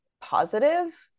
positive